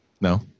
No